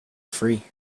free